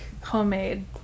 homemade